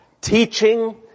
teaching